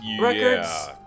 records